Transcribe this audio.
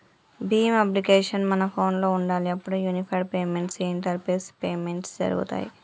Bhim application మన ఫోనులో ఉండాలి అప్పుడే యూనిఫైడ్ పేమెంట్స్ ఇంటరపేస్ పేమెంట్స్ జరుగుతాయ్